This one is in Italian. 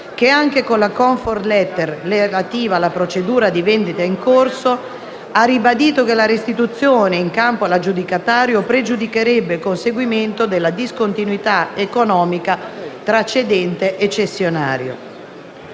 che, anche con la *comfort letter* relativa alla procedura di vendita in corso, ha ribadito che la restituzione in capo all'aggiudicatario pregiudicherebbe il conseguimento della discontinuità economica tra cedente e cessionario.